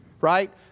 right